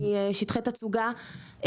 שטחי תצוגה,